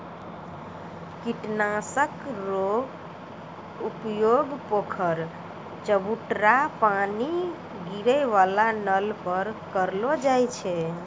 कीट नाशक रो उपयोग पोखर, चवुटरा पानी गिरै वाला नल पर करलो जाय छै